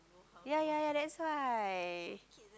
ya ya ya that's why